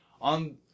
On